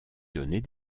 donner